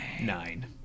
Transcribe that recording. Nine